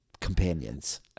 companions